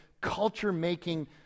culture-making